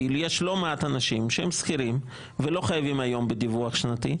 כי יש לא מעט אנשים שהם שכירים ולא חייבים היום בדיווח שנתי,